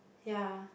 ya